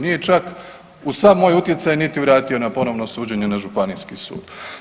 Nije je čak uz sav moj utjecaj niti vratio na ponovno suđenje na županijski sud.